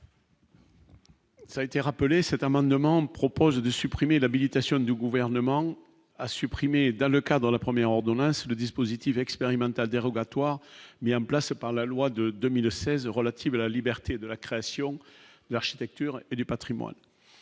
ça été rappelé cet amendement propose de supprimer l'habilitation du gouvernement a supprimer dans le cas dans la première ordonnance le dispositif expérimental dérogatoire mis en place par la loi de 2009 16 E relative à la liberté de la création, l'architecture et du Patrimoine,